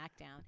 Smackdown